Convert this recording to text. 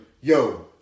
yo